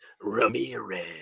Ramirez